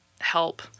help